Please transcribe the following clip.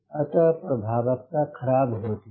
अतः प्रभावकता ख़राब होती है